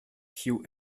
kiu